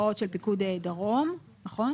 אבן שמואל, איתן, אלומה, זבדיאל, זרחיה,